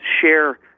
share